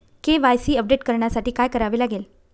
KYC update करण्यासाठी काय करावे लागेल?